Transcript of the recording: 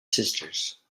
sisters